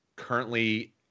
Currently